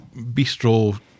bistro